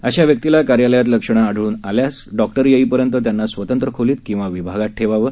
अशा व्यक्तीला कार्यालयात लक्षणं आढळून आल्यास डॉक्टर येईपर्यंत त्यांना स्वतंत्र खोलीत किंवा विभागात ठेवावं